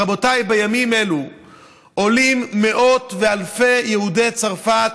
רבותיי, בימים אלה עולים מאות ואלפי יהודי צרפת,